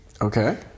Okay